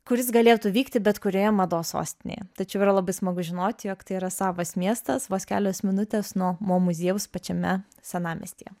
kuris galėtų vykti bet kurioje mados sostinėje tačiau yra labai smagu žinoti jog tai yra savas miestas vos kelios minutės nuo mo muziejaus pačiame senamiestyje